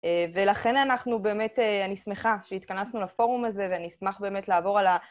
ולכן אנחנו באמת, אני שמחה שהתכנסנו לפורום הזה ואני אשמח באמת לעבור על ה...